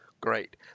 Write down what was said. Great